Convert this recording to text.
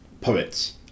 poets